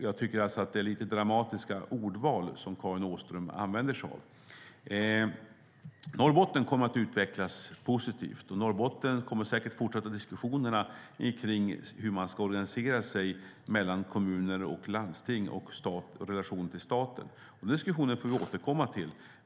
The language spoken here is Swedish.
Jag tycker alltså att det är lite dramatiska ordval som Karin Åström använder sig av. Norrbotten kommer att utvecklas positivt, och Norrbotten kommer säkert att fortsätta diskussionerna om hur kommuner och landsting ska organisera sig i relation till staten. Den diskussionen får vi återkomma till.